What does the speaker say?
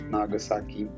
Nagasaki